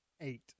eight